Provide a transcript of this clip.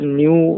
new